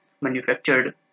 manufactured